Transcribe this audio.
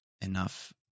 enough